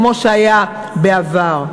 כמו שהיה בעבר.